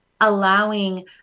allowing